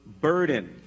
burden